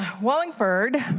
wallingford,